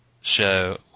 show